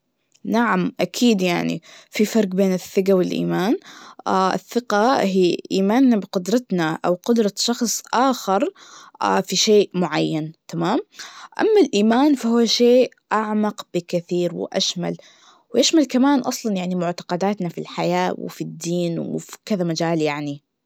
نعم أكيد يعني, في فرق بين الثقة والإيمان, الثقة هي إيماننا بقدرتنا, أو قدرة شخص آخر, في شئ معين, تمام؟ أما الإيمان فهو شئ أعمق بكثير وأشمل, ويشمل كمان أصلاً معتقداتنا في الحياة, وفي الدين, وفي كذ مجال يعني.